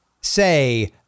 say